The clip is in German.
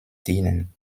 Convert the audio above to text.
dienen